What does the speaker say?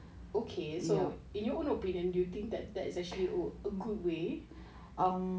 okay so in your own opinion do you think that that it's actually a good way of